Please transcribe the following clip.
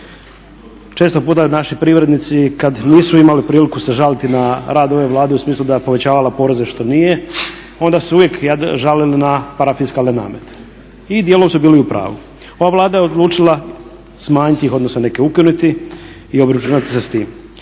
Često puta naši privrednici kada nisu imali priliku se žaliti na rad ove Vlade u smislu da je povećavala poreze što nije onda su se uvijek žalili na parafiskalne namete i dijelom su bili u pravu. Ova Vlada je odlučila smanjiti odnosno neke ukinuti i obračunati se s tim.